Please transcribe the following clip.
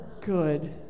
good